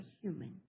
human